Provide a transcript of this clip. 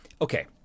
okay